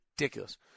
ridiculous